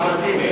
אחמד טיבי.